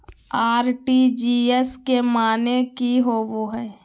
RTGS के माने की होबो है?